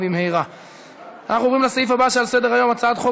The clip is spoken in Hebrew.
והיא עוברת לדיון ולהכנה לקריאה ראשונה בוועדת העבודה,